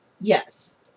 Yes